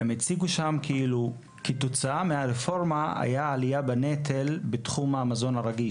הם הציגו שם כאילו כתוצאה מהרפורמה הייתה עלייה בנטל בתחום המזון הרגיש.